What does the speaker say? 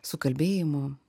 su kalbėjimu